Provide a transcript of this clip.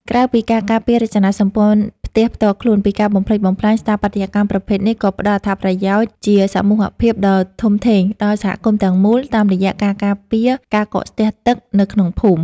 ក្រៅពីការការពាររចនាសម្ព័ន្ធផ្ទះផ្ទាល់ខ្លួនពីការបំផ្លិចបំផ្លាញ ស្ថាបត្យកម្មប្រភេទនេះក៏ផ្ដល់អត្ថប្រយោជន៍ជាសមូហភាពដ៏ធំធេងដល់សហគមន៍ទាំងមូល តាមរយៈការការពារការកកស្ទះទឹកនៅក្នុងភូមិ។